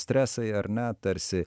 stresai ar ne tarsi